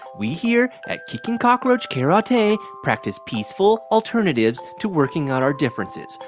we here at kickn' cockroach karate practice peaceful alternatives to working out our differences.